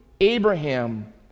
Abraham